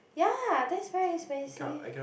ya that's very expensive